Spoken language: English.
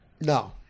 No